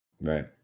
Right